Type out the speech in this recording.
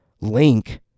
link